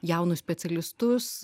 jaunus specialistus